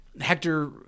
Hector